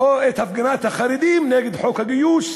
או את הפגנת החרדים נגד חוק הגיוס